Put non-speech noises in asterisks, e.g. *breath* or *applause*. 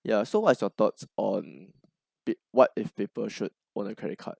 *breath* ya so what's your thoughts on be what if people should own a credit card